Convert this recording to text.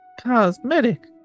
cosmetic